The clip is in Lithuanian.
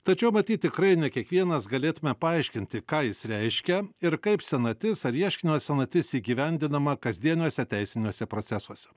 tačiau matyt tikrai ne kiekvienas galėtume paaiškinti ką jis reiškia ir kaip senatis ar ieškinio senatis įgyvendinama kasdieniuose teisiniuose procesuose